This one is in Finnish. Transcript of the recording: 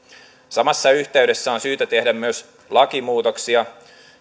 samassa yhteydessä on syytä tehdä myös lakimuutoksia